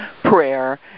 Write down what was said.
prayer